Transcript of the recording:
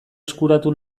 eskuratu